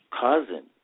cousin